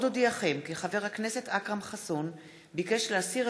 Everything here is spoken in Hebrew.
אודיעכם כי חבר הכנסת אכרם חסון ביקש להסיר